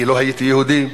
כי לא הייתי יהודי.